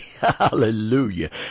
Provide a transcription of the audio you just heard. Hallelujah